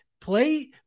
play